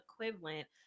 equivalent